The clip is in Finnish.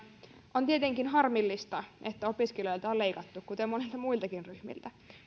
on tietenkin harmillista että opiskelijoilta on leikattu kuten monilta muiltakin ryhmiltä